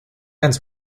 ends